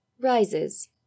Rises